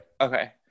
Okay